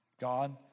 God